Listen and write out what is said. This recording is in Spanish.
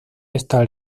esta